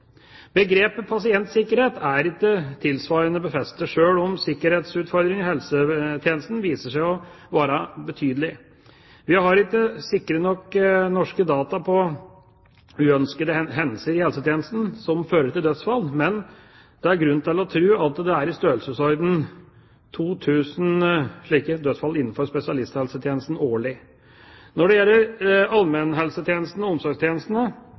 Begrepet pasientsikkerhet er ikke tilsvarende befestet, sjøl om sikkerhetsutfordringene i helsetjenesten viser seg å være betydelige. Vi har ikke sikre nok norske data på uønskede hendelser i helsetjenesten som fører til dødsfall, men det er grunn til å tro at det kan være i størrelsesordenen 2 000 slike dødsfall innenfor spesialisthelsetjenesten årlig. Når det gjelder allmennhelsetjenesten og